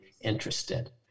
interested